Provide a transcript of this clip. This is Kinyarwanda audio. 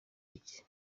iki